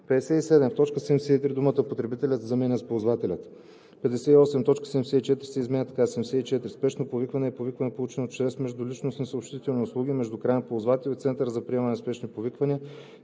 т. 73 думата „потребителят“ се заменя с „ползвателят“. 58. Точка 74 се изменя така: „74. „Спешно повикване“ е повикване, получено чрез междуличностни съобщителни услуги между краен ползвател и център за приемане на спешни повиквания